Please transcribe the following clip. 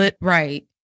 Right